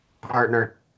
partner